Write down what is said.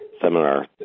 seminar